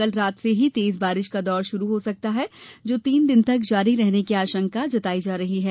कल रात से ही तेज बारिश का दौर शुरू हो सकता है जो तीन दिन तक जारी रहने की आशंका व्यक्त की गयी है